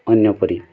ଅନ୍ୟ ପରି